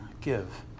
give